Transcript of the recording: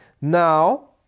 now